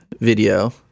video